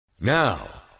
Now